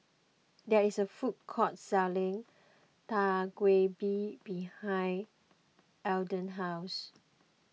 there is a food court selling Dak Galbi behind Ardell's house